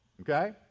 Okay